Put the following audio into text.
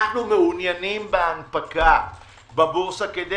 אנחנו מעוניינים בהנפקה בבורסה כדי